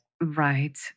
Right